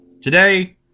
Today